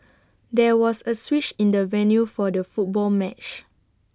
there was A switch in the venue for the football match